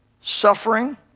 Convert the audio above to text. suffering